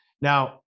Now